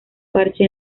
parche